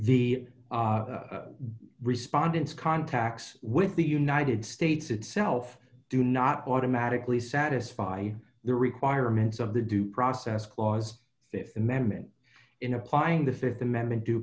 the respondents contacts with the united states itself do not automatically satisfy the requirements of the due process clause th amendment in applying the th amendment d